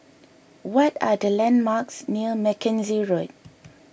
what are the landmarks near Mackenzie Road